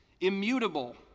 Immutable